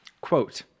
Quote